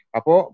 Apo